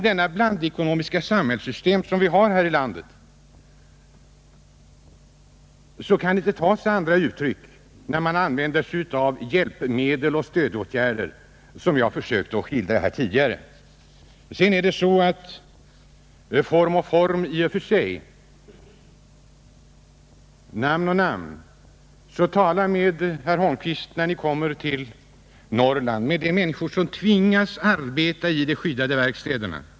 Det blandekonomiska samhällssystem som vi har här i landet kan inte ta sig andra uttryck när man använder sådana hjälpmedel och stödåtgärder som dem jag försökt beskriva tidigare. Sedan må man använda vilken form eller vilket namn man vill, men när Ni kommer till Norrland, herr Holmqvist, tala då med de människor som tvingas arbeta i de skyddade verkstäderna!